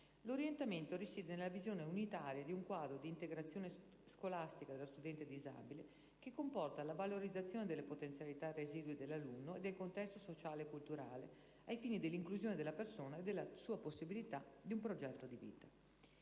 L'orientamento risiede nella visione unitaria di un quadro di integrazione scolastica dello studente disabile che comporta la valorizzazione delle potenzialità residue dell'alunno e del contesto sociale e culturale ai fini dell'inclusione della persona e della sua possibilità di un progetto di vita.